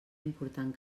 important